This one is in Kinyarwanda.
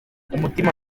umutima